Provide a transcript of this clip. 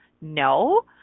No